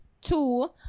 Two